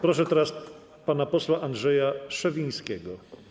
Proszę teraz pana posła Andrzeja Szewińskiego.